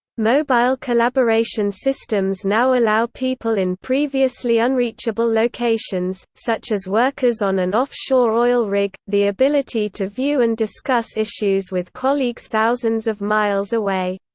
mobile collaboration systems now allow people in previously unreachable locations, such as workers on an off-shore oil rig, the ability to view and discuss issues with colleagues thousands of miles away.